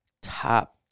top